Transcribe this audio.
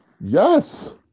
Yes